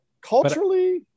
culturally